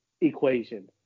equation